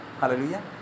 Hallelujah